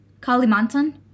Kalimantan